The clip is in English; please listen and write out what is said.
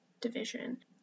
division